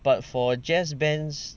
but for jazz bands